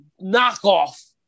knockoff